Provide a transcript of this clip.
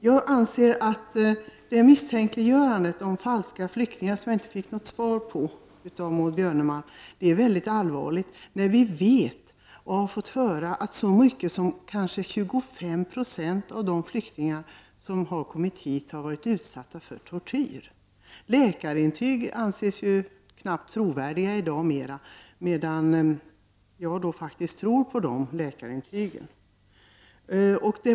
Jag anser att misstänkliggörandet och talet om falska flyktingar — jag fick inte något svar om det av Maud Björnemalm — är mycket allvarligt, när vi vet och har fått höra att kanske så mycket som 25 96 av de flyktingar som har kommit hit har varit utsatta för tortyr. Läkarintyg anses knappt vara trovärdiga i dag, medan jag faktiskt tror på läkarintygen.